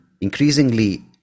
increasingly